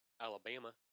Alabama